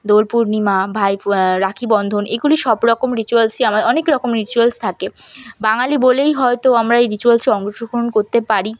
দোল পূর্ণিমা ভাইফোঁ রাখি বন্ধন এগুলি সব রকম রিচুয়ালসই অনেক রকম রিচুয়ালস থাকে বাঙালি বলেই হয়তো আমরা এই রিচুয়ালসে অংশগ্রহণ করতে পারি